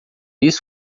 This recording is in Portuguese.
isso